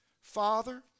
Father